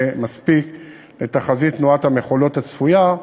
מספיק לתחזית תנועת המכולות הצפויה,